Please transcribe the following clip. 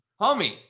homie